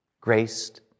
graced